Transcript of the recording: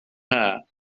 her